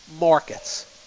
markets